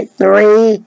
three